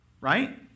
Right